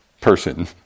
person